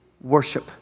worship